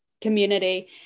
community